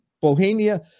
Bohemia